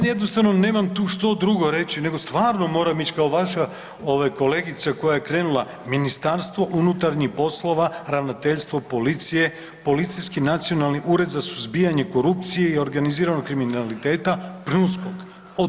Ja jednostavno nemam tu što drugo reći nego stvarno moram ići kao vaša kolegica koja je krenula Ministarstvo unutarnjih poslova, Ravnateljstvo policije, policijski Nacionalni ured za suzbijanje korupcije i organiziranog kriminaliteta, PNUSKOK.